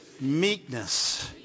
meekness